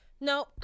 No